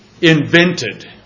invented